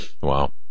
wow